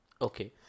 Okay